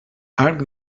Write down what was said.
arc